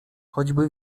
choćby